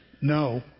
No